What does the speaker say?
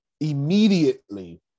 Immediately